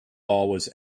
was